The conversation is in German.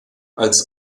als